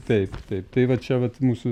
taip taip tai va čia vat mūsų